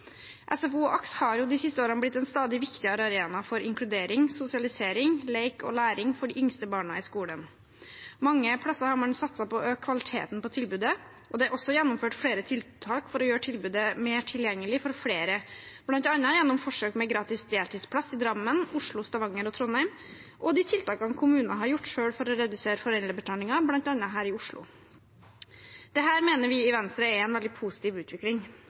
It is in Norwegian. SFO og AKS har de siste årene blitt en stadig viktigere arena for inkludering, sosialisering, lek og læring for de yngste barna i skolen. Mange plasser har man satset på å øke kvaliteten på tilbudet, og det er også gjennomført flere tiltak for å gjøre tilbudet mer tilgjengelig for flere, bl.a. gjennom forsøk med gratis deltidsplass i Drammen, Oslo, Stavanger og Trondheim og de tiltakene kommuner har iverksatt selv for å redusere foreldrebetalingen, bl.a. her i Oslo. Dette mener vi i Venstre er en veldig positiv utvikling.